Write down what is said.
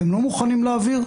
אתם לא מוכנים להעביר,